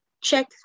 check